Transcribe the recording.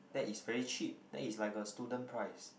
that is very cheap that is like a student price